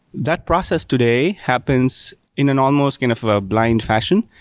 that process today happens in and almost kind of a blind fashion.